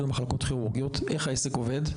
מקצוע ה-PAs.